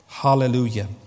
Hallelujah